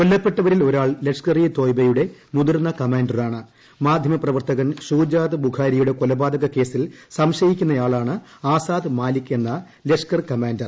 കൊല്ലപ്പെട്ടവരിൽ ഒരാൾ ലഷ്കർ ഇ തൊയ്ബയുടെ മുതിർന്ന കമാന്ററാണ്ട് മാധ്യമപ്രവർത്തകൻ ഷുജാദ് ബുഖാരിയുടെ കേസിൽ സംശയിക്കുന്നയാളാണ് ആസാദ്ദ് മാലിക് എന്ന ലഷ്കർ കമാന്റർ